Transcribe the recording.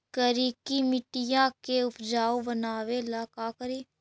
करिकी मिट्टियां के उपजाऊ बनावे ला का करी?